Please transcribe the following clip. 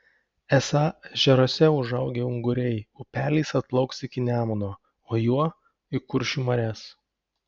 esą ežeruose užaugę unguriai upeliais atplauks iki nemuno o juo į kuršių marias